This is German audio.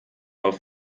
auf